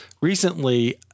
recently